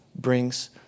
brings